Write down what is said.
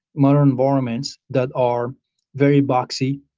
modern environments that are very boxy,